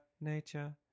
nature